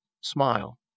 smile